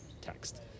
text